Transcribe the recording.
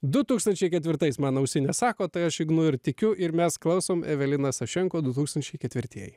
du tūkstančiai ketvirtais man ausinės sako tai aš ignu ir tikiu ir mes klausom evelina sašenko du tūkstančiai ketvirtieji